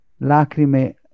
lacrime